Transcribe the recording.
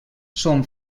són